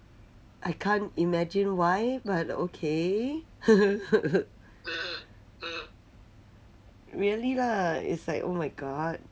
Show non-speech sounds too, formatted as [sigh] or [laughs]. I can't imagine why but okay [laughs] really lah it's like oh my god